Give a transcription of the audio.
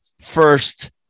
first